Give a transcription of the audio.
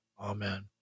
Amen